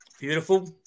Beautiful